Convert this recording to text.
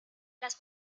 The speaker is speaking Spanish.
las